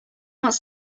wants